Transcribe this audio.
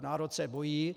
Národ se bojí.